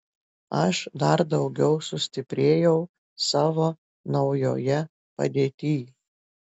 aš dar daugiau sustiprėjau savo naujoje padėtyj